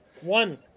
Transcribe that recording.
one